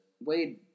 Wade